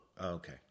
Okay